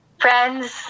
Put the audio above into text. friends